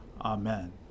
Amen